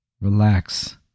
Relax